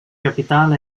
capital